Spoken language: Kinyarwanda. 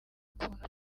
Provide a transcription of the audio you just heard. ukuntu